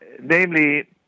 Namely